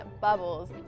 bubbles